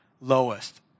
lowest